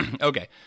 Okay